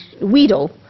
Weedle